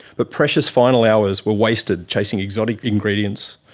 but precious final hours were wasted chasing exotic ingredients,